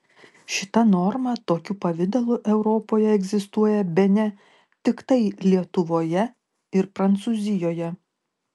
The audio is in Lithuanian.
šita norma tokiu pavidalu europoje egzistuoja bene tiktai lietuvoje ir prancūzijoje